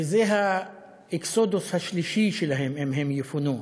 וזה האקסודוס השלישי שלהם אם הם יפונו,